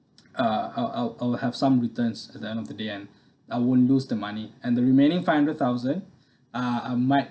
uh uh I I would have some returns at the end of the day and I won't lose the money and the remaining five hundred thousand uh I might